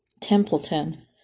Templeton